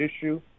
issue